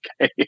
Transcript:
Okay